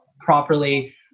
properly